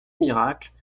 miracles